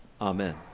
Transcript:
Amen